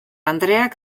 andreak